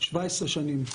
17 שנים.